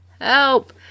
Help